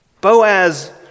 Boaz